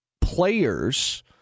players